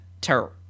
terror